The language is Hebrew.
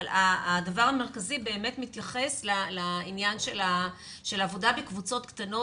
אבל הדבר המרכזי באמת מתייחס לעניין של עבודה בקבוצות קטנות,